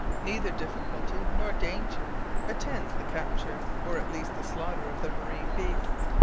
neither difficulty nor danger attends the capture, or at least the slaughter of the marine beasts.